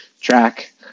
track